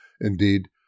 Indeed